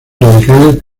radicales